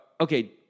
Okay